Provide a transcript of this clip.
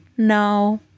No